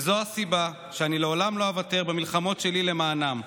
וזו הסיבה שאני לעולם לא אוותר במלחמות שלי למענם.